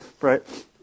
right